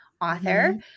author